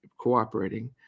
cooperating